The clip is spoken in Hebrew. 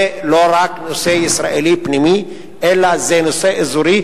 זה לא רק נושא ישראלי פנימי אלא זה נושא אזורי,